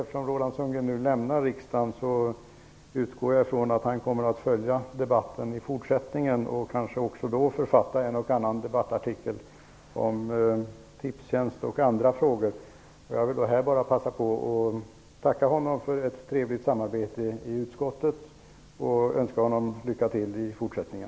Eftersom Roland Sundgren nu lämnar riksdagen utgår jag ifrån att han i fortsättningen kommer att följa debatten. Kanske han författar en och annan debattartikel om Tipstjänst och andra frågor. Jag vill här bara passa på att tacka Roland Sundgren för ett trevligt samarbete i utskottet, och jag önskar honom lycka till i fortsättningen.